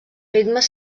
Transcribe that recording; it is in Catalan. ritmes